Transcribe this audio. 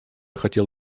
хотел